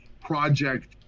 Project